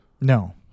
No